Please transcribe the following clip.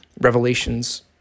revelations